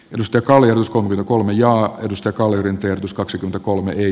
minusta kallion uskon kolumneja edusta kalevin kierros kaksikymmentäkolme ei